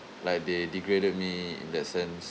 like they degraded me in that sense